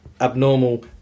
abnormal